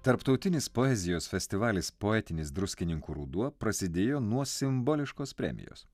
tarptautinis poezijos festivalis poetinis druskininkų ruduo prasidėjo nuo simboliškos premijos